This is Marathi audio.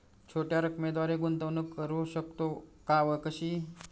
छोट्या रकमेद्वारे गुंतवणूक करू शकतो का व कशी?